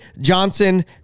Johnson